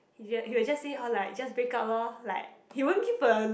h~ he will just how like just break up lor like he won't give a